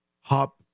hop